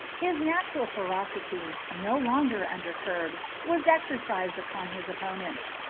his natural ferocity, no longer under curb, was exercised upon his opponents,